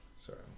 sorry